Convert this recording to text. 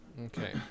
Okay